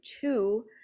two